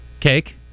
Cake